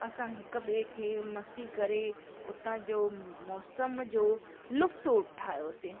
असां हिक ॿिए खे मस्ती करे उतां जो मौसम जो लुफ़्त उथायोसीं